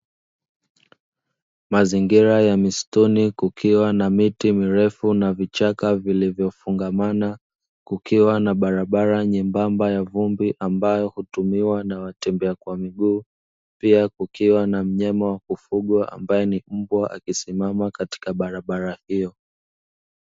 Mazingira ya misituni kukiwa na miti mirefu na vichaka vilivyofungamana, kukiwa na barabara nyembamba ya vumbi, ambayo hutumiwa na watembea kwa miguu. Pia kukiwa na mnyama wa kufugwa ambaye ni mbwa, akisimama katika barabara hiyo.